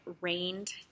rained